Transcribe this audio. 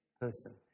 person